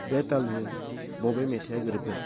बे तालजों बबे मेथाइया गोरोबगोन